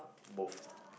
both